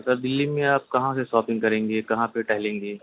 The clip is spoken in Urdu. سر دلی میں آپ کہاں سے شاپنگ کریں گے کہاں پہ ٹہلیں گے